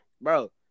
bro